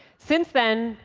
since then,